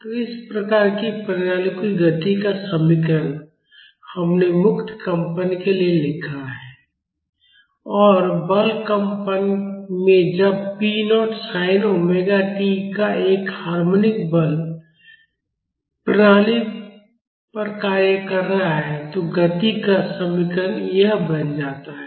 तो इस प्रकार की प्रणालियों की गति का समीकरण हमने मुक्त कंपन के लिए लिखा है और बल कंपन में जब P naught sine omega t का एक हार्मोनिक बल प्रणाली पर कार्य कर रहा है तो गति का समीकरण यह बन जाता है